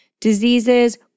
diseases